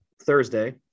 Thursday